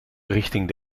richting